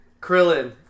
Krillin